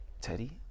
teddy